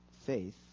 faith